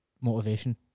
motivation